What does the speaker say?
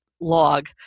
log